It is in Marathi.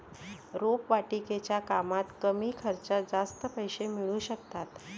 रोपवाटिकेच्या कामात कमी खर्चात जास्त पैसे मिळू शकतात